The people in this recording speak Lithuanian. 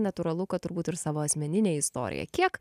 natūralu kad turbūt ir savo asmeninę istoriją kiek